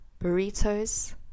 burritos